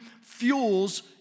fuels